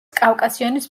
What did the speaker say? კავკასიონის